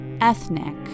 ethnic